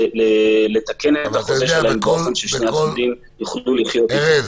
לתקן את החוזה באופן ששני הצדדים יוכלו לחיות איתו.